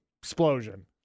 explosion